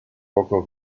poco